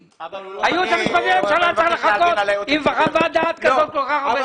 הייעוץ המשפטי לממשלה צריך לחכות עם חוות דעת כל כך הרבה זמן?